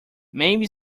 maybe